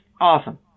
awesome